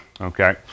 Okay